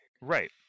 right